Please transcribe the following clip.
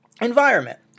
environment